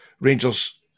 Rangers